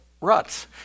ruts